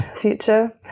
future